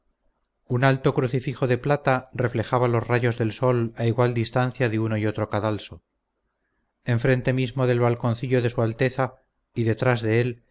un alto crucifijo de plata reflejaba los rayos del sol a igual distancia de uno y otro cadalso enfrente mismo del balconcillo de su alteza y detrás de él